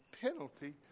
penalty